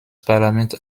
parlament